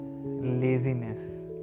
laziness